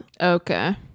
Okay